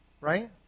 right